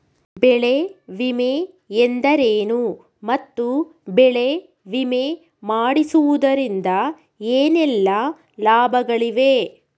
ಬೆಳೆ ವಿಮೆ ಎಂದರೇನು ಮತ್ತು ಬೆಳೆ ವಿಮೆ ಮಾಡಿಸುವುದರಿಂದ ಏನೆಲ್ಲಾ ಲಾಭಗಳಿವೆ?